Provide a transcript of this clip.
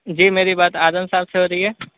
جی میری بات اعظم صاحب سے ہو رہی ہے